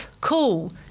cool